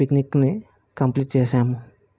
పిక్నిక్ని complete చేసాము